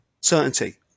Certainty